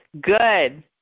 good